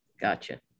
gotcha